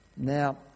Now